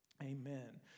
Amen